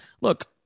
look